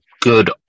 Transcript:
good